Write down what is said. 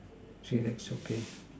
three legs okay